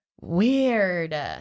Weird